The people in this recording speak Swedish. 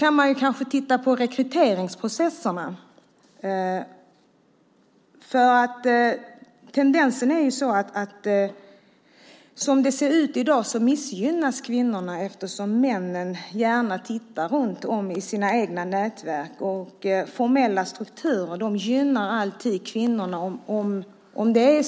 Man kan kanske titta på rekryteringsprocesserna. Som det ser ut i dag missgynnas kvinnorna, eftersom männen gärna tittar runt om i sina egna nätverk. Formella strukturer gynnar alltid kvinnorna.